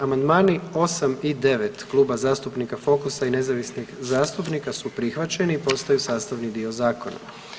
Amandmani 8 i 9 Kluba zastupnika Fokusa i nezavisnih zastupnika su prihvaćeni i postaju sastavni dio zakona.